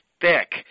Thick